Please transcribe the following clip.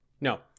no